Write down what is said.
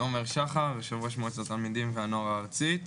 עומר שחר, יושב-ראש מועצת התלמידים והנוער הארצית.